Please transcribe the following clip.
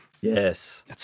Yes